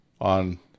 On